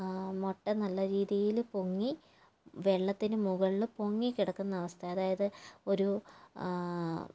മുട്ട നല്ല രീതിയിൽ പൊങ്ങി വെള്ളത്തിന് മുകളിൽ പൊങ്ങി കിടക്കുന്ന അവസ്ഥ അതായത് ഒരു